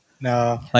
No